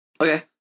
Okay